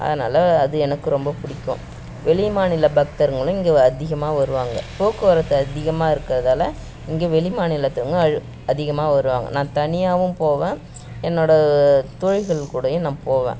அதனால் அது எனக்கு ரொம்பப் பிடிக்கும் வெளி மாநில பக்தருங்களும் இங்கே அதிகமாக வருவாங்க போக்குவரத்து அதிகமாக இருக்கறதால் இங்கே வெளி மாநிலத்தவங்க அ அதிகமாக வருவாங்க நான் தனியாகவும் போவேன் என்னோடய தோழிகள் கூடயும் நான் போவேன்